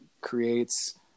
creates